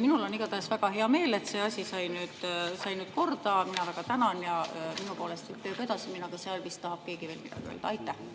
Minul on igatahes väga hea meel, et see asi sai nüüd korda. Mina väga tänan ja minu poolest võib tööga edasi minna, aga seal vist tahab keegi veel midagi öelda. Aitäh